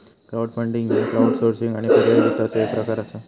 crowdfunding ह्य crowdsourcing आणि पर्यायी वित्ताचो एक प्रकार असा